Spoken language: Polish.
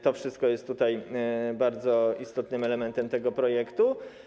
To wszystko jest bardzo istotnym elementem tego projektu.